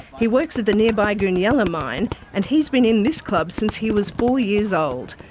he works at the nearby goonyella mine and he's been in this club since he was four years old.